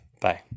Bye